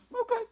okay